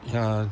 ya